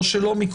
לא של אומיקרון,